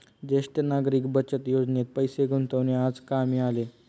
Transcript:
ज्येष्ठ नागरिक बचत योजनेत पैसे गुंतवणे आज कामी आले